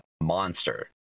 monster